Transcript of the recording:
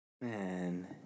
Man